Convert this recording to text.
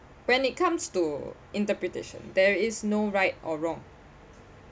when it comes to interpretation there is no right or wrong